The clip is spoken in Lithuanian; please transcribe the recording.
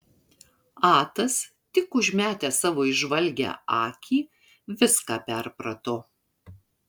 atas tik užmetęs savo įžvalgią akį viską perprato